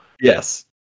Yes